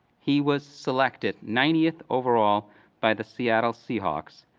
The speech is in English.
he was selected ninetieth overall by the seattle seahawks,